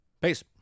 Peace